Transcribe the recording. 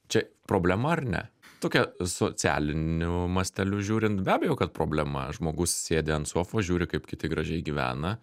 čia problema ar ne tokia socialiniu masteliu žiūrint be abejo kad problema žmogus sėdi ant sofos žiūri kaip kiti gražiai gyvena